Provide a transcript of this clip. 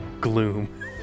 gloom